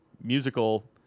musical